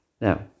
Now